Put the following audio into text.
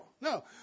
no